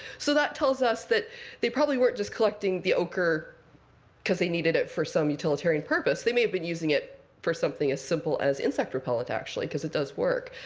so that tells us that they probably weren't just collecting the ochre because they needed it for some utilitarian purpose. they may have been using it for something as simple as insect repellent, actually, because it does work.